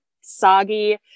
soggy